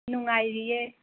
ꯅꯨꯡꯉꯥꯏꯔꯤꯌꯦ